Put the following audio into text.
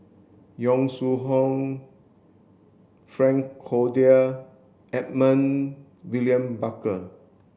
Yong Shu Hoong Frank Cloutier Edmund William Barker